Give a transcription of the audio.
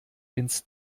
ins